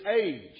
age